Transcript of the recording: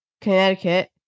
Connecticut